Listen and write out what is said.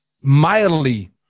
mildly